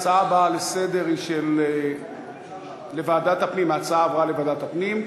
ההצעה עברה לוועדת הפנים.